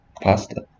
pasta